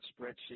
spreadsheet